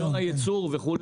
רישיון הייצור, וכו'.